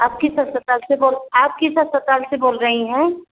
आप किस अस्पताल से बो आप किस अस्पताल से बोल रही हैं